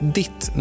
ditt